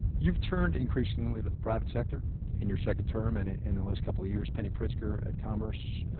you've turned increasingly to the private sector in your second term and in the last couple of years. penny pritzker at commerce,